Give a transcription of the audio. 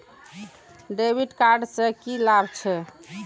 डेविट कार्ड से की लाभ छै?